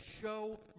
show